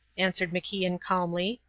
answered macian calmly.